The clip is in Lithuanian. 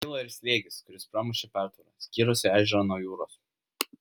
kilo ir slėgis kuris pramušė pertvarą skyrusią ežerą nuo jūros